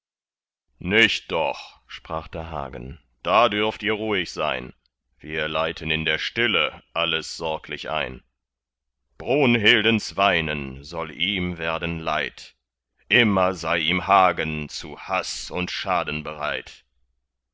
nicht doch sprach da hagen da dürft ihr ruhig sein wir leiten in der stille alles sorglich ein brunhildens weinen soll ihm werden leid immer sei ihm hagen zu haß und schaden bereit